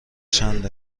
چند